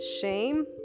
shame